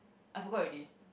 I forgot already